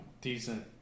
decent